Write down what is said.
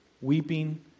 weeping